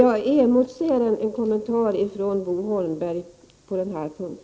Jag emotser en kommentar från Bo Holmberg på denna punkt.